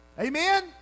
Amen